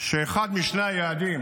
שאחד משני היעדים,